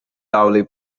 lovely